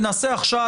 מה שנעשה עכשיו,